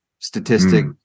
statistic